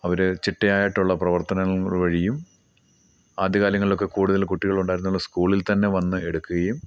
അവർ ചിട്ടയായിട്ടുള്ള പ്രവർത്തനങ്ങൾ വഴിയും ആദ്യ കാലങ്ങളിൽ ഒക്കെ കൂടുതൽ കുട്ടികൾ ഉണ്ടായിരുന്നുള്ള സ്കൂളുകളിൽ തന്നെ വന്ന് എടുക്കുകയും